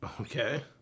Okay